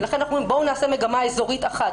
ולכן אנחנו אומרים בואו נעשה מגמה אזורית אחת,